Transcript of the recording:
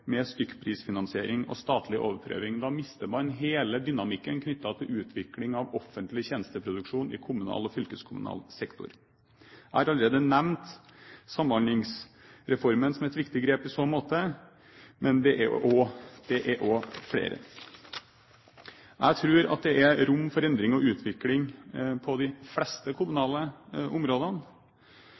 med stykkprisfinansiering og statlig overprøving. Da mister man hele dynamikken knyttet til utvikling av offentlig tjenesteproduksjon i kommunal og fylkeskommunal sektor. Jeg har allerede nevnt Samhandlingsreformen som et viktig grep i så måte. Men det er flere. Jeg tror det er rom for endring og utvikling på de fleste kommunale områdene,